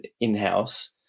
in-house